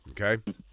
okay